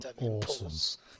awesome